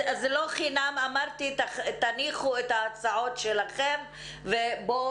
אז לא לחינם אמרתי שתניחו את ההצעות שלכם ובואו